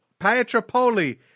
Pietropoli